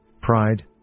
pride